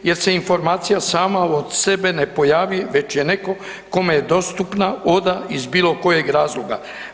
Jel se informacija sama od sebe ne pojavi već je netko kome je dostupna oda iz bilokojeg razloga?